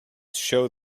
show